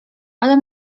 ale